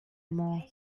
more